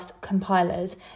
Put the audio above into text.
compilers